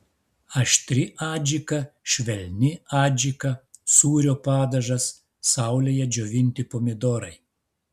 aštri adžika švelni adžika sūrio padažas saulėje džiovinti pomidorai